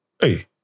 Hey